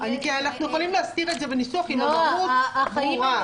אנחנו יכולים להסדיר את זה בניסוח אם המהות ברורה.